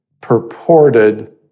purported